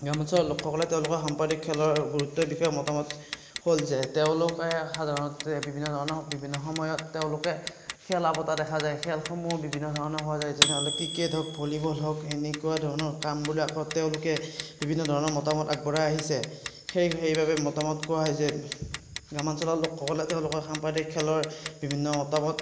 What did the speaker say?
গ্ৰামাঞ্চলৰ লোকসকলে তেওঁলোকৰ সম্প্ৰদায়িক খেলৰ গুৰুত্বৰ বিষয়ে মতামত হ'ল যে তেওঁলোকে সাধাৰণতে বিভিন্ন ধৰণৰ বিভিন্ন সময়ত তেওঁলোকে খেলা পতা দেখা যায় খেলসমূহ বিভিন্ন ধৰণৰ হয় যেনে হ'লে ক্ৰিকেট হওক ভলীবল হওক এনেকুৱা ধৰণৰ কামবিলাকত তেওঁলোকে বিভিন্ন ধৰণৰ মতামত আগবঢ়াই আহিছে সেই সেইবাবে মতামত কোৱা হয় যে গ্ৰামাঞ্চলৰ লোকসকলৰ তেওঁলোকৰ সম্প্ৰদায়িক খেলৰ বিভিন্ন মতামত